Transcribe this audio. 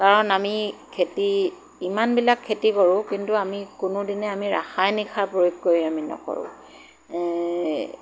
কাৰণ আমি খেতি ইমানবিলাক খেতি কৰোঁ কিন্তু আমি কোনোদিনে আমি ৰাসায়নিক সাৰ প্ৰয়োগ কৰি আমি নকৰোঁ